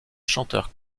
chanteur